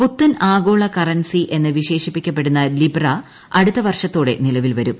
പുത്തൻ ആഗോള കറൻസി എന്ന് വിശേഷിപ്പിക്കപ്പെടുന്ന ലിബ്ര അടുത്ത വർഷത്തോടെ നിലവിൽവരും